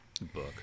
Book